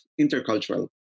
intercultural